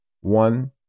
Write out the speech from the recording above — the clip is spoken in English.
one